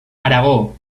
aragó